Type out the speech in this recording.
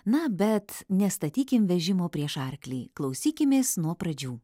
na bet nestatykim vežimo prieš arklį klausykimės nuo pradžių